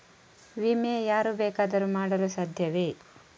ವಿಮೆ ಯಾರು ಬೇಕಾದರೂ ಮಾಡಲು ಸಾಧ್ಯವೇ?